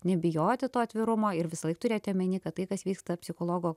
nebijoti to atvirumo ir visąlaik turėti omeny kad tai kas vyksta psichologo